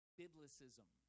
biblicism